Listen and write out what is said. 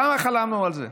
כמה חלמנו על זה.